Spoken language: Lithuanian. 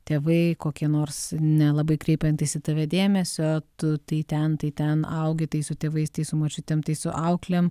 tėvai kokie nors nelabai kreipiantys į tave dėmesio tu tai ten tai ten augi tai su tėvais tai su močiutėm tai su auklėm